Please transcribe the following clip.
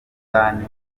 bantu